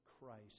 Christ